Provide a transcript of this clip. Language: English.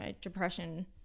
depression